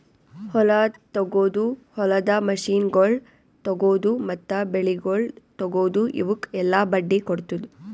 ಹೊಲ ತೊಗೊದು, ಹೊಲದ ಮಷೀನಗೊಳ್ ತೊಗೊದು, ಮತ್ತ ಬೆಳಿಗೊಳ್ ತೊಗೊದು, ಇವುಕ್ ಎಲ್ಲಾ ಬಡ್ಡಿ ಕೊಡ್ತುದ್